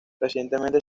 recientemente